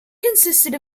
consisted